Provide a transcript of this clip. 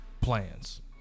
plans